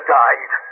died